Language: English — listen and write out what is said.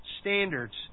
standards